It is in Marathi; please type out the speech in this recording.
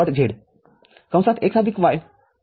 z x y